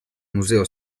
museo